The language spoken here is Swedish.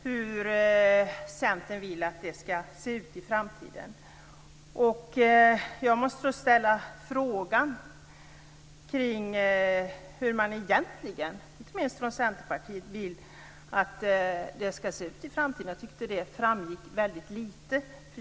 När det t.ex. gäller krishanteringsförmåga, hur vill Centern att denna skall se ut i framtiden? Jag tycker inte att det framgick särskilt klart.